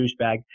douchebag